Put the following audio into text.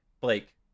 Blake